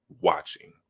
Watching